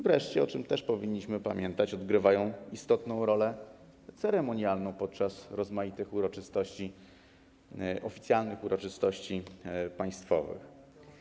Wreszcie, o czym też powinniśmy pamiętać, odgrywają istotną rolę ceremonialną podczas rozmaitych oficjalnych uroczystości państwowych.